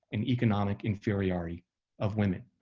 and economic inferiority of women.